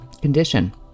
condition